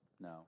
No